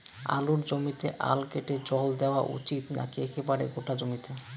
আলুর জমিতে আল কেটে জল দেওয়া উচিৎ নাকি একেবারে গোটা জমিতে?